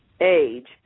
age